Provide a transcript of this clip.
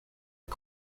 est